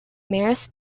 marys